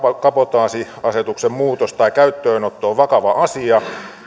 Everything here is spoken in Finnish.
kabotaasiasetuksen muutos tai käyttöönotto on vakava asia